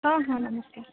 ହଁ ହଁ ନମସ୍କାର